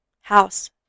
house